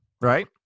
right